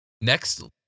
Next